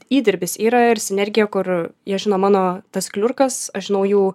įdirbis yra ir sinergija kur jie žino mano tas kliurkas aš žinau jų